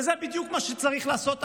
וזה בדיוק מה שצריך לעשות עכשיו,